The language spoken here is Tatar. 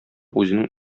үзенең